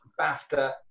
BAFTA